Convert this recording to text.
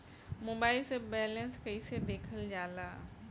Mobile से balance कइसे देखल जाला?